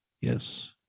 Yes